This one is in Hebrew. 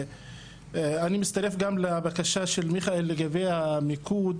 אני מצטרף גם לבקשה של מיכאל לגבי המיקוד